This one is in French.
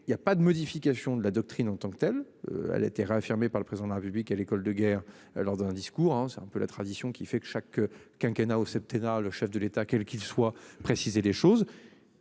Il y a pas de modification de la doctrine en tant que telle, elle a été réaffirmée par le président de la République à l'école de guerre lors d'un discours hein c'est un peu la tradition qui fait que chaque quinquennat au septennat, le chef de l'État, quel qu'il soit précisé les choses.